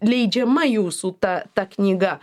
leidžiama jūsų ta ta knyga